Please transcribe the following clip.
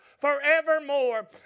forevermore